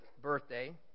birthday